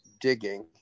digging